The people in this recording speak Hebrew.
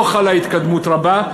לא חלה התקדמות רבה,